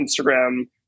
Instagram